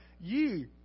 ye